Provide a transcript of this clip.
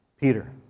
Peter